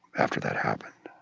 after that happened